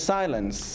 silence